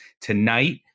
Tonight